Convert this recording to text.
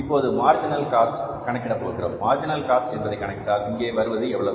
இப்போது marginal cost கணக்கிட போகிறோம் மார்ஜினல் காஸ்ட் என்பதை கணக்கிட்டால் இங்கே வருவது எவ்வளவு